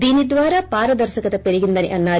దీని ద్వారా పారదర్శకత పెరిగిందని అన్నారు